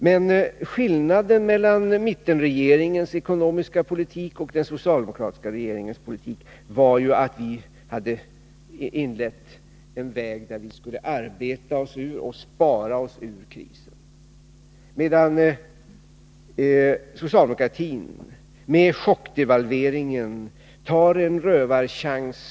Men skillnaden mellan mittenregeringens ekonomiska politik och den socialdemokratiska regeringens politik var ju att vi slog in på en väg där vi skulle arbeta och spara oss ur krisen, medan socialdemokratin med chockdevalveringen tar en rövarchans.